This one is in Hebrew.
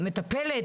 מטפלת,